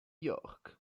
york